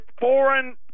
foreign